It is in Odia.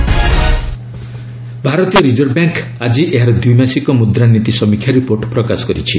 ମନିଟାରୀ ପଲିସି ଭାରତୀୟ ରିଜର୍ଭ ବ୍ୟାଙ୍କ୍ ଆଜି ଏହାର ଦ୍ୱିମାସିକ ମୁଦ୍ରାନୀତି ସମୀକ୍ଷା ରିପୋର୍ଟ ପ୍ରକାଶ କରିଛି